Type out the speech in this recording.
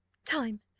time!